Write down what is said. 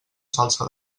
salsa